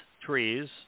trees